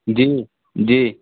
جی جی